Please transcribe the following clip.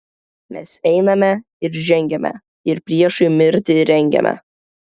mes einame ir žengiame ir priešui mirtį rengiame